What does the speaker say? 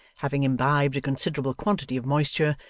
having imbibed a considerable quantity of moisture,